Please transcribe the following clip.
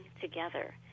together